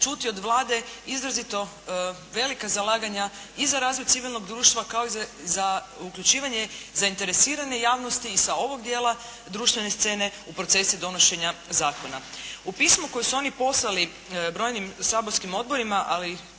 čuti od Vlade izrazito velika zalaganja i razvoj civilnog društva kao i za uključivanje zainteresirane javnosti i sa ovog dijela društvene scene u procesu donošenja zakona. U pismu koji su oni poslali brojnim saborskim odborima, ali